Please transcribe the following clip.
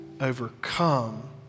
overcome